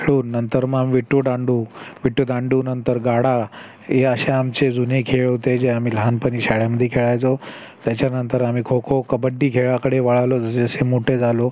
खेळून नंतर मग विटीदांडू विटू दांडूनंतर गाडा या असे आमचे जुने खेळ होते जे आम्ही लहानपणी शाळेमध्ये खेळायचो त्याच्यानंतर आम्ही खोखो कबड्डी खेळाकडे वळलो जसजसे मोठे झालो